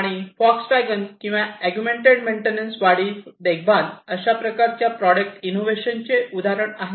आणि फॉक्सवॅगन किंवा augmented maintenance वाढीव देखभाल अशा प्रकारच्या प्रॉडक्ट इनोवेशन चे उदाहरण आहे